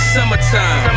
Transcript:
Summertime